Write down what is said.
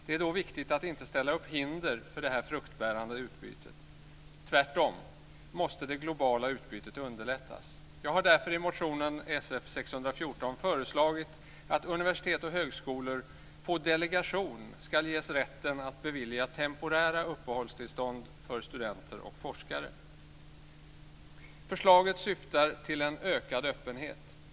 Det är då viktigt att inte ställa upp hinder för det fruktbärande utbytet. Tvärtom måste det globala utbytet underlättas. Jag har därför i motion Sf614 föreslagit att universitet och högskolor på delegation ska ges rätten att bevilja temporära uppehållstillstånd för studenter och forskare. Förslaget syftar till en ökad öppenhet.